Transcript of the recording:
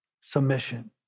submission